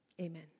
Amen